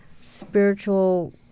spiritual